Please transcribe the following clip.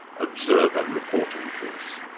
observer reporting to us?